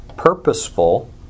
Purposeful